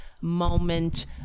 moment